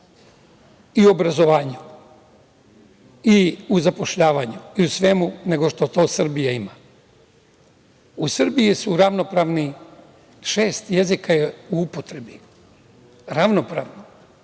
i obrazovanju i u zapošljavanju i u svemu nego što to Srbija ima. U Srbiji su ravnopravni. Šest jezika je u upotrebi ravnopravno.